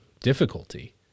difficulty